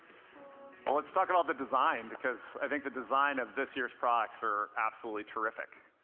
let's talk about the design, because i think the design of this year's products are absolutely terrific.